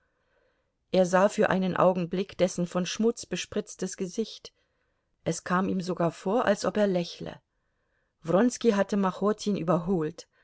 er sah für einen augenblick dessen von schmutz bespritztes gesicht es kam ihm sogar vor als ob er lächle wronski hatte machotin überholt